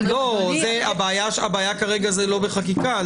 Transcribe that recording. הבעיה כרגע זה לא בחקיקה.